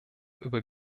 über